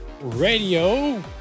Radio